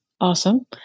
awesome